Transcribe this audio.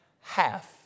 half